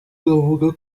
nkavuga